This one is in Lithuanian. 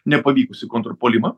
nepavykusį kontrpuolimą